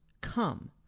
come